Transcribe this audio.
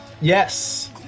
Yes